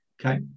okay